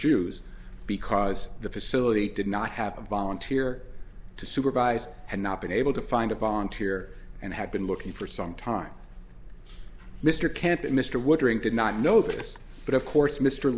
jews because the facility did not have a volunteer to supervise had not been able to find a volunteer and had been looking for some time mr camp and mr wondering did not know this but of course m